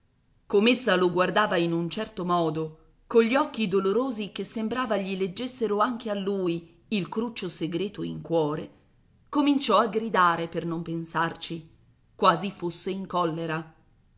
com'essa lo guardava in un certo modo cogli occhi dolorosi che sembrava gli leggessero anche a lui il cruccio segreto in cuore cominciò a gridare per non pensarci quasi fosse in collera